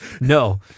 No